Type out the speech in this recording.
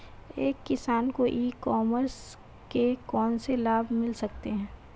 एक किसान को ई कॉमर्स के कौनसे लाभ मिल सकते हैं?